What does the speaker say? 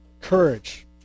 Courage